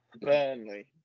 Burnley